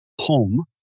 home